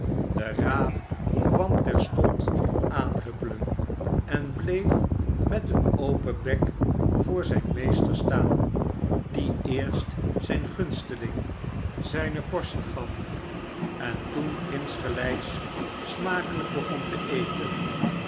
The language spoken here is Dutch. de raaf kwam terstond aanhuppelen en bleef met een open bek voor zijn meester staan die eerst zijn gunsteling zijne portie gaf en toen insgelijks smakelijk begon te eten